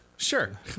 Sure